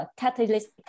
catalyst